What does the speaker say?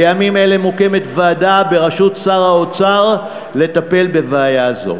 בימים אלה מוקמת ועדה בראשות שר האוצר לטפל בבעיה זו.